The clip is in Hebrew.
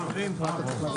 הישיבה נעולה.